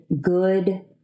good